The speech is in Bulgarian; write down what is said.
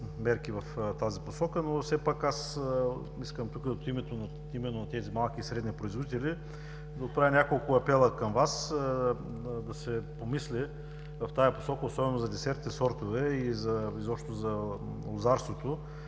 мерки в тази посока, но все пак искам от името на тези малки и средни производители да отправя няколко апела към Вас – да се помисли в тази посока, особено за десертните сортове и изобщо за лозарството,